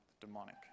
demonic